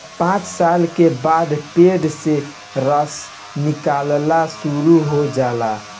पांच साल के बाद पेड़ से रस निकलल शुरू हो जाला